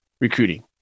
recruiting